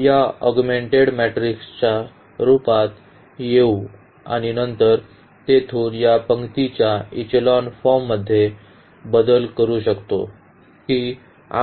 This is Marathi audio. आम्ही या ऑगमेंटेड मॅट्रिक्सच्या रूपात येऊ आणि नंतर तेथून या पंक्तीच्या इचेलॉन फॉर्ममध्ये बदल करू शकतो की